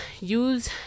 use